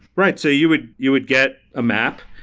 right. so you would you would get a map.